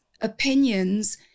opinions